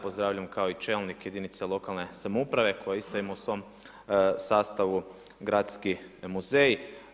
Pozdravljam kao i čelnik jedinice lokalne samouprave koji isto ima u svom sastavu gradski muzej.